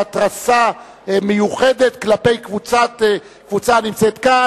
התרסה מיוחדת כלפי קבוצה הנמצאת כאן.